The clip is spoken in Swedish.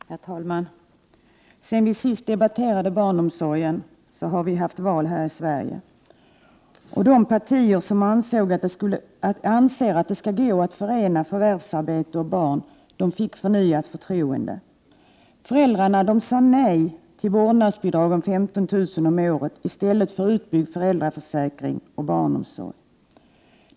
Herr talman! Sedan vi sist debatterade barnomsorgen har vi haft val här i Sverige, och de partier som anser att det skall gå att förena förvärvsarbete och barn fick förnyat förtroende. Föräldrarna sade nej till vårdnadsbidrag på 15 000 kr. om året i stället för utbyggd föräldraförsäkring och barnomsorg.